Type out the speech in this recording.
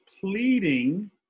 pleading